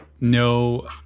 no